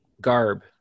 garb